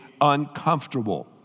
uncomfortable